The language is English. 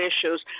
issues